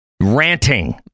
ranting